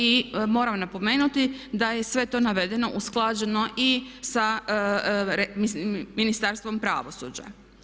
I moram napomenuti da je sve to navedeno, usklađeno i sa Ministarstvom pravosuđa.